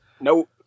Nope